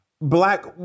Black